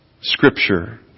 Scripture